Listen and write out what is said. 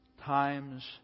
times